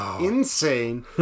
insane